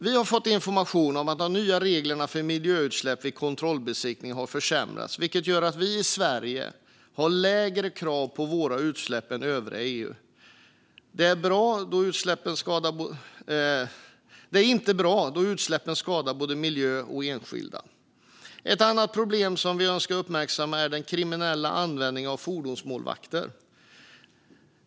Vi har fått information om att de nya reglerna för miljöutsläpp vid kontrollbesiktning har försämrats, vilket gör att vi i Sverige har lägre krav på våra utsläpp än övriga EU. Detta är inte bra, eftersom utsläppen skadar både miljön och enskilda. Ett annat problem som vi önskar uppmärksamma är den kriminella användningen av fordonsmålvakter.